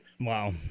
Wow